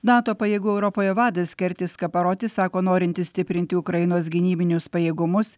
nato pajėgų europoje vadas kertis skaparoti sako norinti stiprinti ukrainos gynybinius pajėgumus